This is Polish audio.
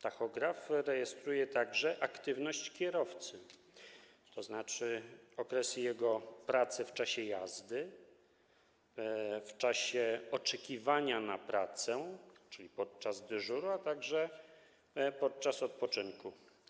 Tachograf rejestruje także aktywność kierowcy, to znaczy okresy jego pracy w czasie jazdy, czas oczekiwania na pracę, czyli dyżuru, a także odpoczynku.